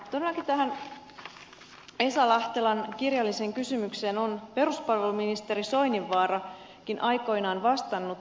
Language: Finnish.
todellakin tähän esa lahtelan kirjalliseen kysymykseen on peruspalveluministeri soininvaarakin aikoinaan vastannut